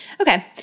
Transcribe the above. Okay